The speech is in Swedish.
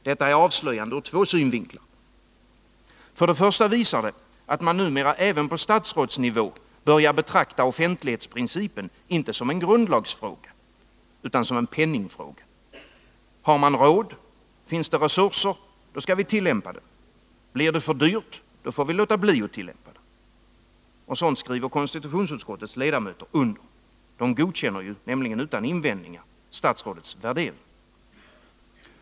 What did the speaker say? Detta är avslöjande ur två synvinklar. För det första visar det att man numera även på statsrådsnivå börjar betrakta offentlighetsprincipen inte som en grundlagsfråga utan som en penningfråga. Om man har råd, om det finns resurser, då skall vi tillämpa den. Blir det för dyrt får vi låta bli att tillämpa den. Och sådant skriver konstitutionsutskottets ledamöter under. De godkänner ju utan invändningar statsrådets värdering.